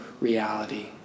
reality